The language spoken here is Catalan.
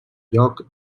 lloc